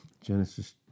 Genesis